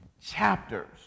chapters